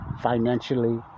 financially